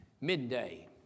Midday